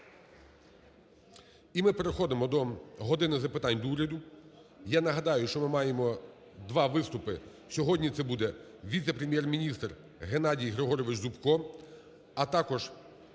І ми переходи до "години запитань до Уряду". Я нагадаю, що ми маємо два виступи: сьогодні це буде віце-прем'єр-міністр Геннадій Григорович Зубко, а також